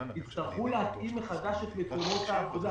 יצטרכו להתאים מחדש את מקומות העבודה.